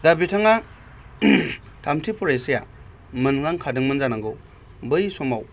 दा बिथाङा थामथि फरायसाया मोनदांखादोंमोन जानांगौ बै समाव